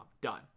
Done